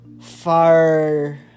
far